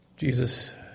Jesus